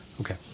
Okay